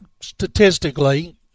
Statistically